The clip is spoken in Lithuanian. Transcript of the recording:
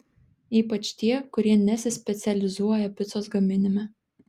ypač tie kurie nesispecializuoja picos gaminime